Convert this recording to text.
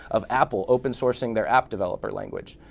of apple open sourcing their app developer language.